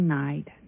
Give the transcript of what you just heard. night